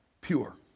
pure